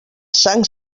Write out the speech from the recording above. sang